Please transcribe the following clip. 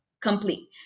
complete